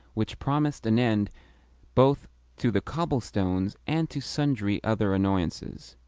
which promised an end both to the cobblestones and to sundry other annoyances.